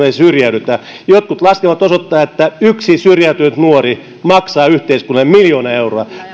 ei syrjäydytä jotkut laskelmat osoittavat että yksi syrjäytynyt nuori maksaa yhteiskunnalle miljoona euroa